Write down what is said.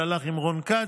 שהלך עם רון כץ,